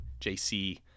JC